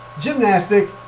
gymnastic